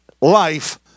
life